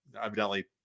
Evidently